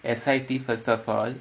S_I_T first of all